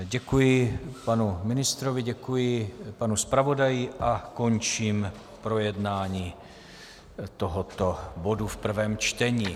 Děkuji panu ministrovi, děkuji panu zpravodaji a končím projednávání tohoto bodu v prvém čtení.